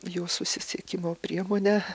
jo susisiekimo priemonę